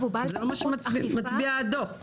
זה לא מה שמצביע הדוח.